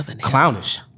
clownish